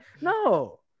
No